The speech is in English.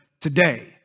today